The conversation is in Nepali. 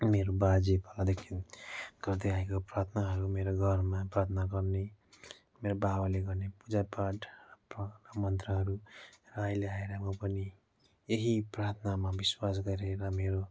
मेरो बाजे पालादेखि गर्दे आएको मेरो प्रार्थनाहरू मेरो घरमा प्रार्थना गर्ने मेरो बाबाले गर्ने पूजा पाठ मन्त्रहरू र आइले आएर म पनि यहीँ प्राथनामा बिश्वास गरेर मेरो